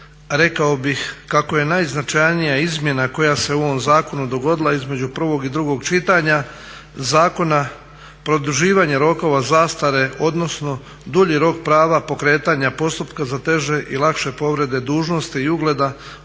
rekao bih kako je najznačajnija izmjena koja se u ovom zakonu dogodila između prvog i drugog čitanja zakona produživanje rokova zastare odnosno dulji rok prava pokretanja postupka za teže i lakše povrede dužnosti i ugleda